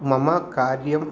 मम कार्यम्